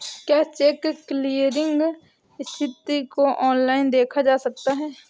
क्या check clearing स्थिति को ऑनलाइन देखा जा सकता है?